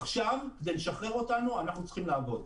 עכשיו כדי לשחרר אותנו, אנחנו צריכים לעבוד.